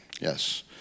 Yes